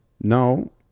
no